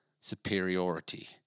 superiority